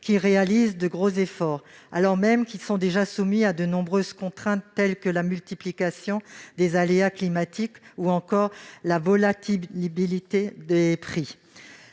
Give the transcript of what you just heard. qu'ils réalisent de gros efforts, alors même qu'ils sont déjà soumis à de nombreuses contraintes telles que la multiplication des aléas climatiques ou encore la volatilité des prix.